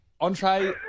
Entree